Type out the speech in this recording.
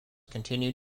continued